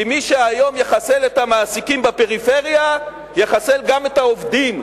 כי מי שהיום יחסל את המעסיקים בפריפריה יחסל גם את העובדים.